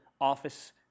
office